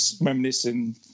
reminiscing